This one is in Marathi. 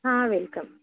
हां वेलकम